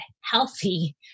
healthy